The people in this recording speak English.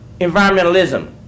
environmentalism